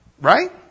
Right